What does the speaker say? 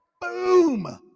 Boom